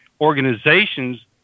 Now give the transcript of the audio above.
organizations